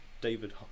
david